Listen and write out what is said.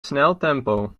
sneltempo